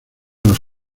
los